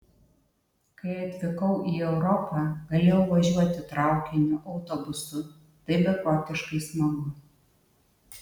kai atvykau į europą galėjau važiuoti traukiniu autobusu tai beprotiškai smagu